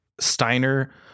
Steiner